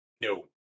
No